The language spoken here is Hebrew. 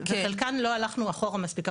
ולגבי חלקן לא הלכנו אחורה מספיק.